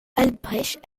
albrecht